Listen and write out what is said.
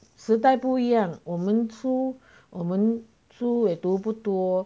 时代不一样我们书我们书也读不多